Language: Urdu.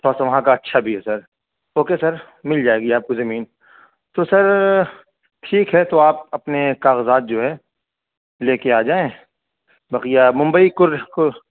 تھوڑا سا وہاں کا اچھا بھی ہے سر اوکے سر مل جائے گی آپ کو زمین تو سر ٹھیک ہے تو آپ اپنے کاغذات جو ہے لے کے آ جائیں بقیہ ممبئی کر کر